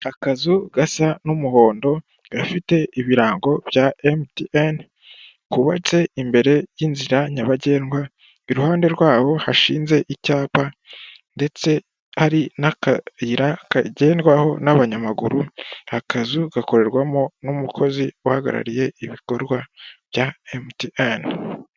Akazu gasa n'umuhondo gafite ibirango bya emutiyeni kubatse imbere y'inzira nyabagendwa, iruhande rwabo hashinze icyapa ndetse hari n'akayira kagendedwaho n'abanyamaguru, akazu gakorerwamo n'umukozi uhagarariye ibikorwa bya emutiyeni.